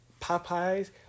Popeye's